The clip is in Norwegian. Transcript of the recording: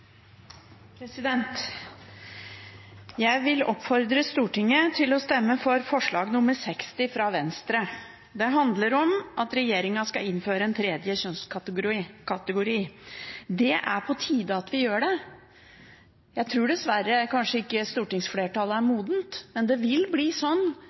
Jeg vil oppfordre Stortinget til å stemme for forslag nr. 60, fra Venstre. Det handler om at regjeringen skal innføre en tredje kjønnskategori. Det er det på tide at vi gjør. Jeg tror dessverre kanskje ikke stortingsflertallet er modent, men det vil bli